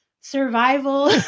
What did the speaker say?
survival